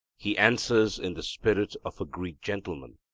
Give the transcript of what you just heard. he answers in the spirit of a greek gentleman,